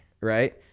Right